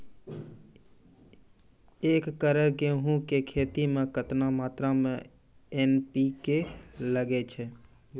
एक एकरऽ गेहूँ के खेती मे केतना मात्रा मे एन.पी.के लगे छै?